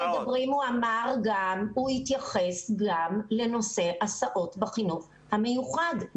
הוא התייחס גם לנושא ההסעות בחינוך המיוחד.